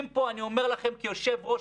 כמו שנאמר,